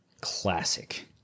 Classic